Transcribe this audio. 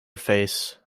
face